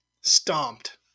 Stomped